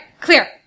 clear